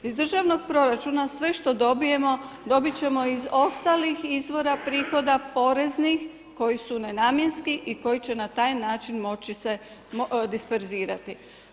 Iz državnog proračuna sve što dobijemo dobit ćemo iz ostalih izvora prihoda poreznih koji su nenamjenski i koji će na taj način moći se disperzirati.